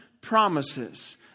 promises